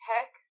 Heck